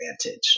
advantage